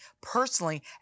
personally